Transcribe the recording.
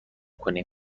کنیم